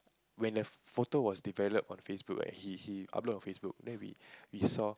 when the photo was developed on Facebook right he he upload on Facebook then we we saw